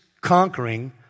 conquering